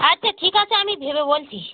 আচ্ছা ঠিক আছে আমি ভেবে বলছি